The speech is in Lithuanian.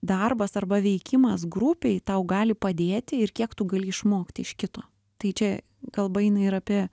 darbas arba veikimas grupėj tau gali padėti ir kiek tu gali išmokti iš kito tai čia kalba eina ir apie